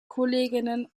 kolleginnen